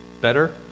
better